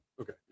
Okay